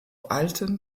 alten